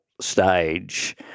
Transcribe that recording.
stage